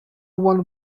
one